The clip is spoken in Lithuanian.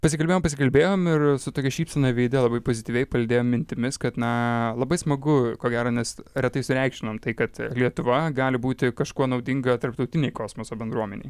pasikalbėjom pasikalbėjom ir su tokia šypsena veide labai pozityviai palydėjom mintimis kad na labai smagu ko gero nes retai sureikšminam tai kad lietuva gali būti kažkuo naudinga tarptautinei kosmoso bendruomenei